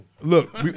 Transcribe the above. Look